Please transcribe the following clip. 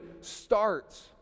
starts